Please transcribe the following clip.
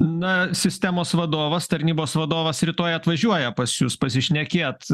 na sistemos vadovas tarnybos vadovas rytoj atvažiuoja pas jus pasišnekėti